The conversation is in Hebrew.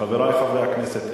חברי חברי הכנסת,